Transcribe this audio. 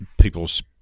people's